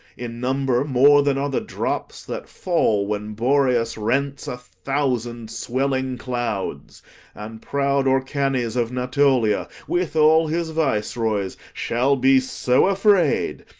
in number more than are the drops that fall when boreas rents a thousand swelling clouds and proud orcanes of natolia with all his viceroys shall be so afraid,